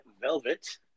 Velvet